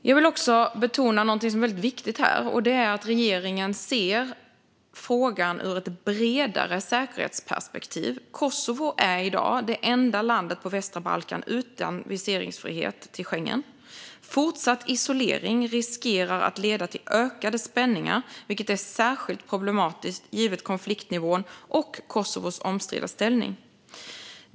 Jag vill också betona någonting som är väldigt viktigt här, och det är att regeringen ser frågan ur ett bredare säkerhetsperspektiv. Kosovo är i dag det enda landet på västra Balkan utan viseringsfrihet till Schengen. Fortsatt isolering riskerar att leda till ökade spänningar, vilket är särskilt problematiskt givet konfliktnivån och Kosovos omstridda ställning.